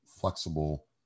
flexible